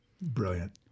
Brilliant